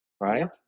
right